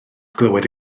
glywed